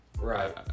Right